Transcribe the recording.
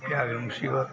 क्या क्या मुसीबत